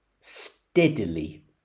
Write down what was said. steadily